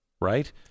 right